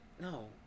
No